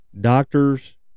Doctors